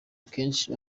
akenshi